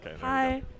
Hi